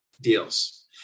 deals